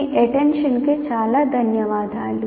మీ attention కి చాలా ధన్యవాదాలు